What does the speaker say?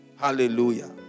Hallelujah